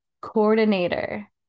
coordinator